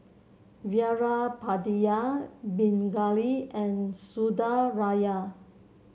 Veerapandiya Pingali and Sundaraiah